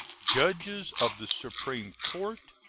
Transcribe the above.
judges of the supreme court,